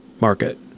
market